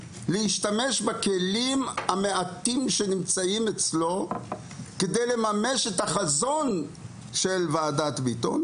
להשתמש בכלים המעטים שנמצאים אצלו כדי לממש את החזון של ועדת ביטון